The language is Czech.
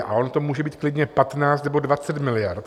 A ono to může být klidně 15 nebo 20 miliard.